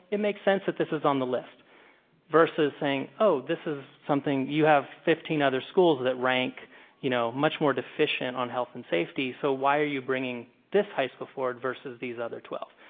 it makes sense that this is on the list versus saying, oh, this is something you have fifteen other schools that rank you know, much more deficient on health and safety, so why are you bringing this high school forward versus these other twelve.